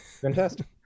fantastic